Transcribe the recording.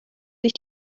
sich